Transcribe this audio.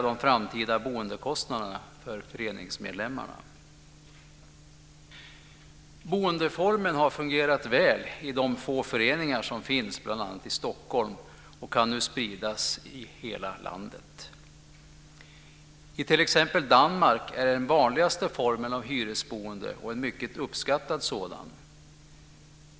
De framtida boendekostnaderna kan också minska för föreningsmedlemmarna. Boendeformen har fungerat väl i de få föreningar som finns, bl.a. i Stockholm. Den kan nu spridas i hela landet. I t.ex. Danmark är denna boendeform den vanligaste formen av hyresboende - och en mycket uppskattad sådan.